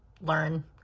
learn